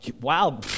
wow